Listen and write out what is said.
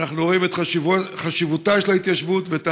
אנחנו רואים את חשיבותה של ההתיישבות ואת